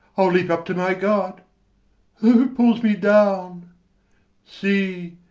i'll leap up to my god who pulls me down see,